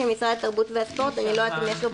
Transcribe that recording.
מגרשי ספורט בחוץ, אין בעיה.